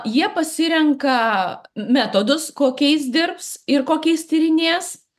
jie pasirenka metodus kokiais dirbs ir kokiais tyrinės